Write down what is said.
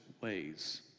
ways